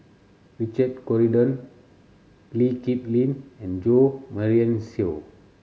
Richard Corridon Lee Kip Lin and Jo Marion Seow